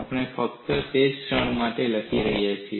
આપણે ફક્ત તે જ ક્ષણ માટે લખી રહ્યા છીએ